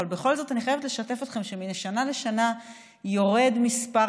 אבל בכל זאת אני חייבת לשתף אתכם שמשנה לשנה יורד מספר